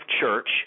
Church